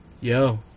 yo